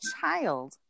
child